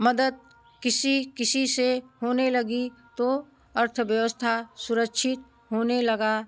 मदद किसी किसी से होने लगी तो अर्थव्यवस्था सुरक्षित होने लगा